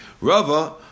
Rava